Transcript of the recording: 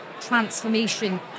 transformation